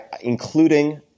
including